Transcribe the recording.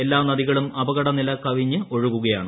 എല്ലാ നദികളും അപകടനില കവിഞ്ഞ് ഒഴുകുകയാണ്